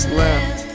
left